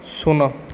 ଶୂନ